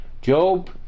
Job